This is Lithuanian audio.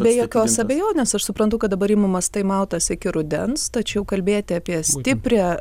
be jokios abejonės aš suprantu kad dabar imamas taimautas iki rudens tačiau kalbėti apie stiprią